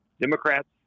Democrats